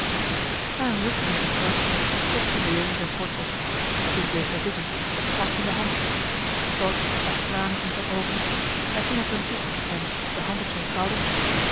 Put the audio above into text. na een ruk aan zijn glas slokte leo zijn port op toen bleef hij zitten het glas in de hand stork zag tranen in zijn oogen hij ging op hem toe en de hand op zijn schouder